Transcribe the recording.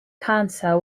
cancer